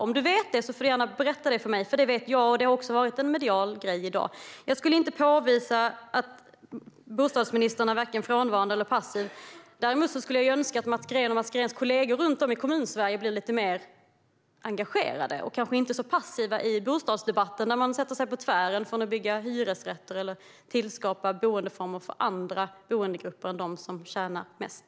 Om du vet det får du gärna berätta det för mig, för det vet jag - och det har också varit en medial grej i dag. Jag skulle inte påstå att bostadsministern är vare sig frånvarande eller passiv. Däremot skulle jag önska att Mats Green och hans kollegor runt om i Kommunsverige blev lite mer engagerade och mindre passiva i bostadsdebatten och inte satte sig på tvären när det gäller att bygga hyresrätter eller skapa boendeformer för andra grupper än dem som tjänar mest.